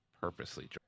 purposely